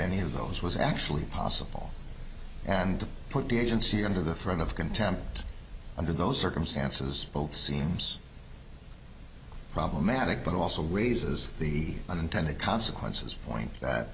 any of those was actually possible and to put the agency under the threat of contempt under those circumstances both seems problematic but also raises the unintended consequences for that